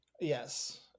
Yes